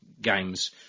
games